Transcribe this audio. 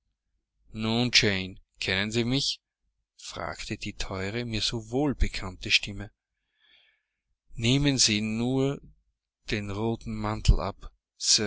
kennen sie mich fragte die teure mir so wohlbekannte stimme nehmen sie nur den roten mantel ab